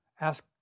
ask